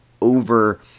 over